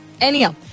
Anyhow